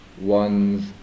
one's